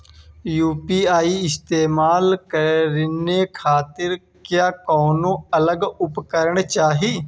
UPI इस्तेमाल करने खातिर क्या कौनो अलग उपकरण चाहीं?